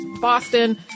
Boston